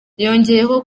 yongeyeho